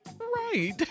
Right